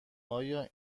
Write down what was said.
آیا